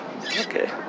Okay